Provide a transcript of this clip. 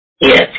Yes